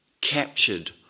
captured